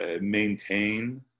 maintain